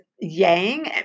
yang